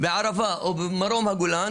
ובערבה או במרום הגולן,